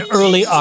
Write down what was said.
early